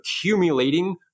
accumulating